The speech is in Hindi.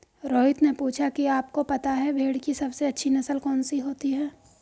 रोहित ने पूछा कि आप को पता है भेड़ की सबसे अच्छी नस्ल कौन सी होती है?